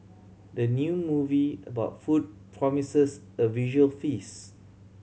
the new movie about food promises a visual feast